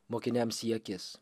mokiniams į akis